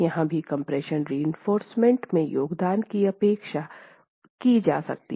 यहाँ भी compression reinforcement के योगदान की उपेक्षा की जा सकती है